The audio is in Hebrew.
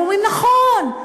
ואומרים: נכון,